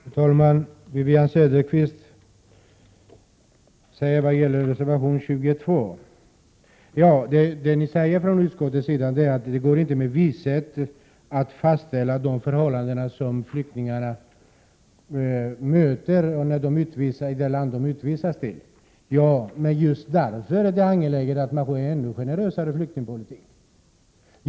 Fru talman! Wivi-Anne Cederqvist yrkar avslag på reservation 22. Det ni från utskottets sida säger är att det inte går att med visshet fastställa de förhållanden som flyktingarna möter i det land de utvisas till. Men just därför är det ju angeläget att få en ännu generösare flyktingpolitik!